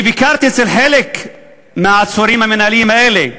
אני ביקרתי אצל חלק מהעצורים המינהליים האלה.